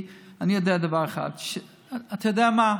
אני יודע דבר אחד: אתה יודע מה,